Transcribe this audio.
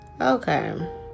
okay